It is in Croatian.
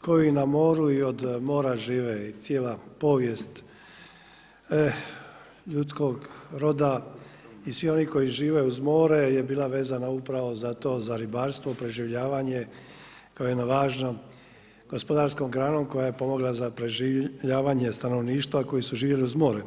koji na moru i od mora žive i cijela povijest ljudskog roda i svi oni koji žive uz more je bila vezana upravo za to, za ribarstvo, preživljavanje kao jednom važnom gospodarskom granom koja je pomogla za preživljavanje stanovništva koji su živjeli uz more.